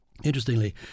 Interestingly